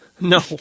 No